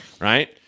right